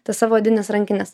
tas savo odines rankines